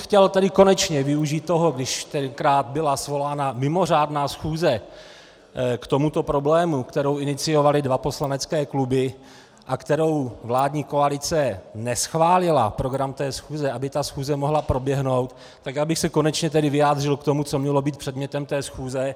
Chtěl bych tedy konečně využít toho, když tenkrát byla svolána mimořádná schůze k tomuto problému, kterou iniciovaly dva poslanecké kluby a kterou vládní koalice neschválila program té schůze, aby ta schůze mohla proběhnout, tak abych se konečně vyjádřil k tomu, co mělo být předmětem té schůze.